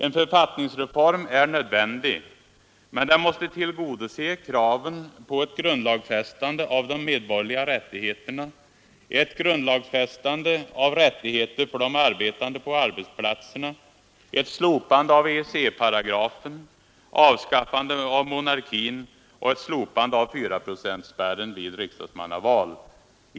En författningsreform är nödvändig, men den måste tillgodose kraven på ett grundlagsfästande av de medborgerliga rättigheterna, ett grundlagsfästande av rättigheter för de arbetande på arbetsplatserna, ett slopande av EEC-paragrafen, avskaffande av monarkin och ett slopande av fyraprocentsspärren vid riksdagsmannaval.